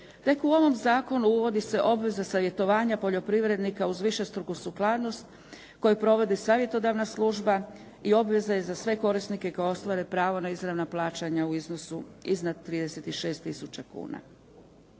Tek u ovom zakonu uvodi se obveza savjetovanja poljoprivrednika uz višestruku sukladnost koju provodi savjetodavna služba i obveza je za sve korisnike koji ostvare pravo na izravna plaćanja u iznosu iznad 36 tisuća kuna.